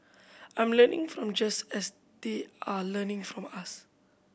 I am learning from just as they are learning from us